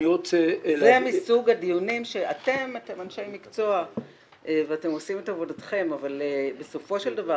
זה מסוג הדיונים שאתם אנשי מקצוע ואתם עושים את עבודתכם אבל בסופו של דבר